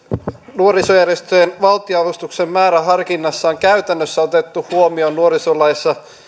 nuorisojärjestöjen val tionavustuksen määräharkinnassa on käytännössä otettu huomioon nuorisolaissa